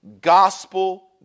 gospel